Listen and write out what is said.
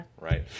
Right